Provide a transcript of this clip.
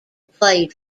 played